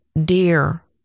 dear